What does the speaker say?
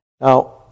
Now